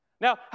Now